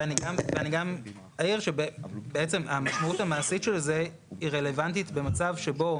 ואני גם אעיר שבעצם המשמעות המעשית של זה היא רלוונטית במצב שבו,